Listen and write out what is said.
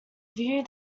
view